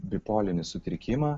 bipolinį sutrikimą